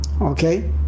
Okay